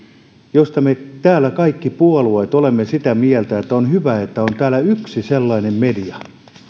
josta me kaikki puolueet olemme sitä mieltä että on hyvä että on yksi sellainen media